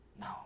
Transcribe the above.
No